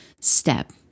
step